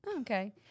Okay